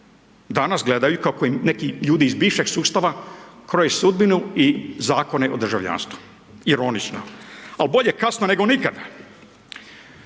danas gledaju kako im neki ljudi iz bivšeg sustava kroje sudbinu i Zakone o državljanstvu. Ironično, al, bolje kasno, nego nikada.